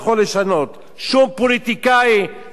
שום פוליטיקאי ושום תוכניות.